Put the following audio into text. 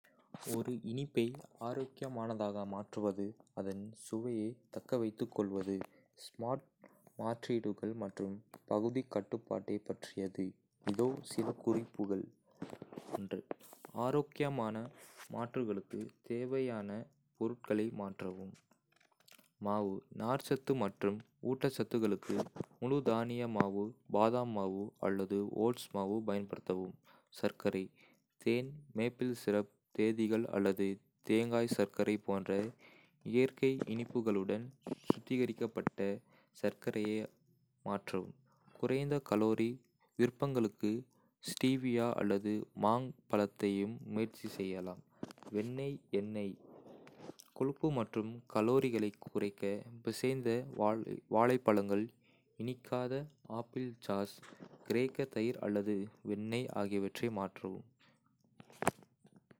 ஒரு இனிப்பை ஆரோக்கியமானதாக மாற்றுவது, அதன் சுவையைத் தக்கவைத்துக்கொள்வது, ஸ்மார்ட் மாற்றீடுகள் மற்றும் பகுதிக் கட்டுப்பாட்டைப் பற்றியது. இதோ சில குறிப்புகள். ஆரோக்கியமான மாற்றுகளுக்கு தேவையான பொருட்களை மாற்றவும். மாவு: நார்ச்சத்து மற்றும் ஊட்டச்சத்துக்களுக்கு முழு தானிய மாவு, பாதாம் மாவு அல்லது ஓட்ஸ் மாவு பயன்படுத்தவும். சர்க்கரை. தேன், மேப்பிள் சிரப், தேதிகள் அல்லது தேங்காய் சர்க்கரை போன்ற இயற்கை இனிப்புகளுடன் சுத்திகரிக்கப்பட்ட சர்க்கரையை மாற்றவும். குறைந்த கலோரி விருப்பங்களுக்கு ஸ்டீவியா அல்லது மாங்க் பழத்தையும் முயற்சி செய்யலாம். வெண்ணெய்/எண்ணெய் கொழுப்பு மற்றும் கலோரிகளைக் குறைக்க, பிசைந்த வாழைப்பழங்கள், இனிக்காத ஆப்பிள்சாஸ், கிரேக்க தயிர் அல்லது வெண்ணெய் ஆகியவற்றை மாற்றவும்.